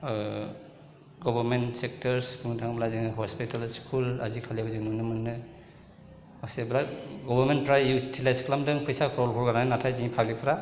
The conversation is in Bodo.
गभरमेन सेक्टर्स बुंनो थाङोब्ला जोङो हस्पिटाल स्कुल आजिखालि जों नुनो मोनो माखासे बिराथ गभरमेनफ्रा इउटिलाइज खालामदों फैसा क्रौर क्रौर नाथाय जोंनि पाब्लिकफ्रा